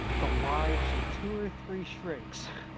the lives of two or three shrinks